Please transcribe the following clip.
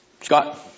Scott